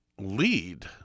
lead